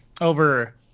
over